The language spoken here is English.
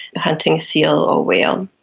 hunting seal or whale,